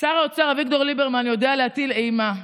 "שר האוצר אביגדור ליברמן יודע להטיל אימה.